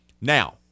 Now